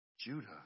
Judah